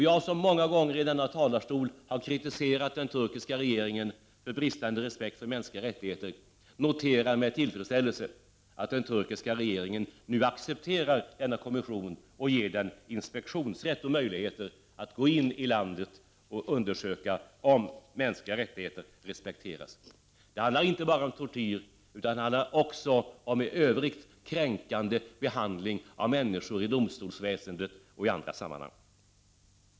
Jag, som många gånger i denna talarstol har kritiserat den turkiska regeringen för bristande respekt för mänskliga rättigheter, noterar med tillfredsställelse att den turkiska regeringen nu accepterar denna kommission och ger den inspektionsrätt och möjligheter att i landet undersöka om mänskliga rättigheter respekteras. Det handlar inte bara om tortyr, utan det handlar också om i övrigt kränkande behandling av människor i domstolsväsendet och i andra sammanhang.